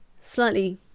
slightly